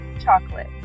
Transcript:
chocolate